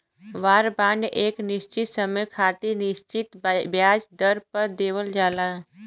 वार bond एक निश्चित समय खातिर निश्चित ब्याज दर पर देवल जाला